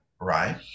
right